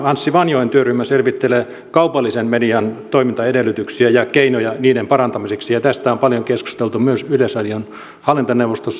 anssi vanjoen työryhmä selvittelee kaupallisen median toimintaedellytyksiä ja keinoja niiden parantamiseksi ja tästä on paljon keskusteltu myös yleisradion hallintoneuvostossa